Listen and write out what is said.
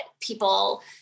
people